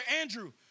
Andrew